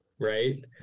Right